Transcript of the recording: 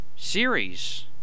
Series